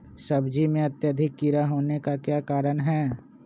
सब्जी में अत्यधिक कीड़ा होने का क्या कारण हैं?